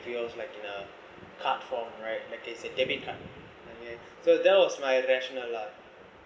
feels like in a card form right like it's a debit card so that was my rational lah